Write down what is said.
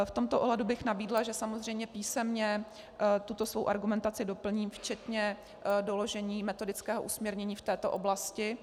V tomto ohledu bych nabídla, že samozřejmě písemně tuto svou argumentaci doplním včetně doložení metodického usměrnění v této oblasti.